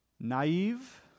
Naive